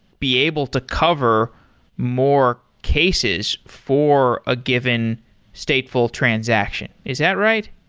be able to cover more cases for a given stateful transaction. is that right?